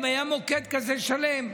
אם היה מוקד שלם כזה,